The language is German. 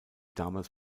damals